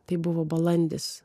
tai buvo balandis